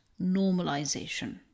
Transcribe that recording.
normalization